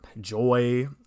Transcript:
joy